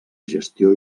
gestió